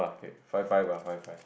okay five five lah five five